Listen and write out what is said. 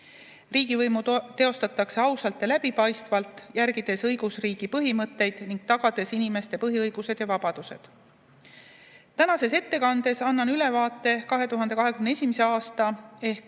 Riigivõimu teostatakse ausalt ja läbipaistvalt, järgides õigusriigi põhimõtteid ning tagades inimeste põhiõigused ja vabadused. Tänases ettekandes annan ülevaate 2021. aastast ehk